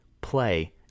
play